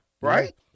Right